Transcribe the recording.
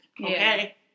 Okay